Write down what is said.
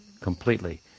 completely